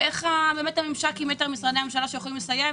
ואיך באמת הממשק עם יתר משרדי הממשלה שיכולים לסייע,